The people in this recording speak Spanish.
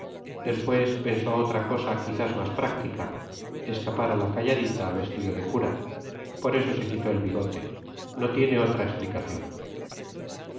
después pensó otra cosa quizás más práctica escapar a la calladita vestido de cura por eso se quitó el bigote no tiene otra explicación